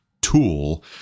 tool